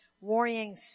worrying